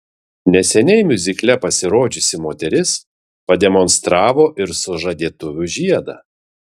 neseniai miuzikle pasirodžiusi moteris pademonstravo ir sužadėtuvių žiedą